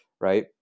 right